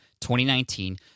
2019